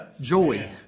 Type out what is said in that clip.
joy